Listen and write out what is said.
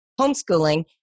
homeschooling